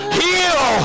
heal